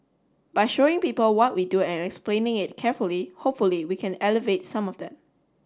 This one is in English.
by showing people what we do and explaining it carefully hopefully we can alleviate some of that